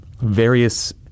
various